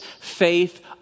faith